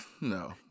No